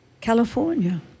California